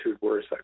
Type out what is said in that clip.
worse